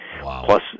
plus